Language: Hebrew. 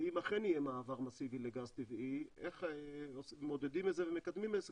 ואם אכן יהיה מעבר מסיבי לגז טבעי איך מודדים את זה ומקדמים את זה.